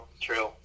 True